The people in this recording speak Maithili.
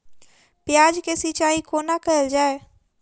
प्याज केँ सिचाई कोना कैल जाए?